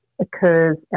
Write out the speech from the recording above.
occurs